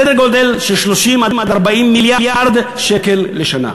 סדר-גודל של 30 40 מיליארד שקל לשנה.